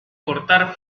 cortar